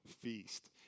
feast